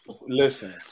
Listen